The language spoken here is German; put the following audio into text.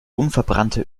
unverbrannte